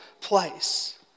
place